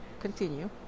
continue